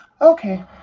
Okay